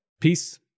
Peace